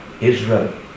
Israel